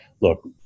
Look